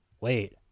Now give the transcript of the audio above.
Wait